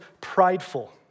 prideful